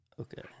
okay